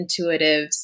intuitives